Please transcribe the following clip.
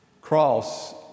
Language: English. cross